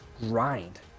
grind